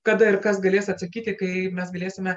kada ir kas galės atsakyti kai mes galėsime